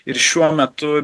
ir šiuo metu